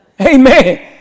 Amen